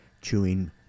chewing